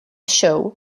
show